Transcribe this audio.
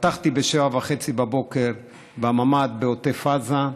פתחתי ב-07:30 בממ"ד בעוטף עזה,